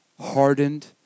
hardened